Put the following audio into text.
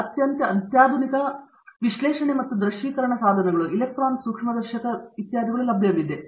ಮತ್ತು ಅತ್ಯಂತ ಅತ್ಯಾಧುನಿಕ ವಿಶ್ಲೇಷಣೆ ಮತ್ತು ದೃಶ್ಯೀಕರಣ ಸಾಧನಗಳು ಎಲೆಕ್ಟ್ರಾನ್ ಸೂಕ್ಷ್ಮದರ್ಶಕ ಇತ್ಯಾದಿಗಳು ಲಭ್ಯವಿವೆ